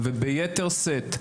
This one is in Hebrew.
ביתר שאת,